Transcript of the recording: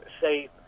safe